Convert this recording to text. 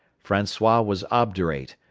francois was obdurate,